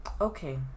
Okay